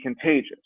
contagious